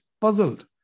puzzled